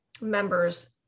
members